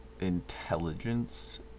intelligence